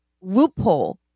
loophole